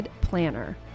Planner